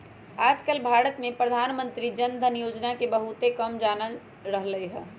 आजकल भारत में प्रधानमंत्री जन धन योजना के बहुत ही कम जानल जा रहले है